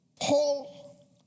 Paul